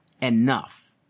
enough